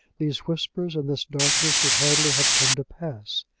these whispers and this darkness would hardly have come to pass.